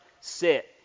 sit